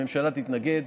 הממשלה תתנגד.